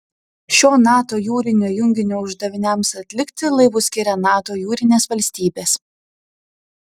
šio nato jūrinio junginio uždaviniams atlikti laivus skiria nato jūrinės valstybės